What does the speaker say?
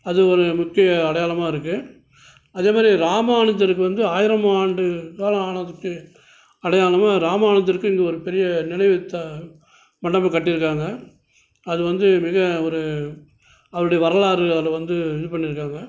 அது ஒரு முக்கிய அடையாளமாக இருக்குது அதே மாதிரி ராமானுஜருக்கு வந்து ஆயிரம் ஆண்டு காலம் ஆனதுக்கு அடையாளமாக ராமானுஜருக்கு இங்கே ஒரு பெரிய நினைவு தா மண்டபம் கட்டிருக்காங்க அது வந்து மிக ஒரு அவருடைய வரலாறு அதில் வந்து இது பண்ணிருக்காங்க